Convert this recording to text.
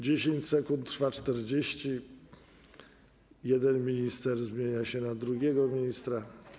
10 sekund trwa 40, jeden minister zmienia się na drugiego ministra.